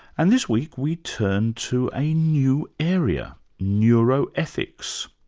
and this week we turn to a new area neuroethics.